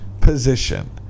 position